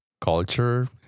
Culture